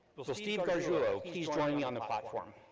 will so steve garjulo please join me on the platform?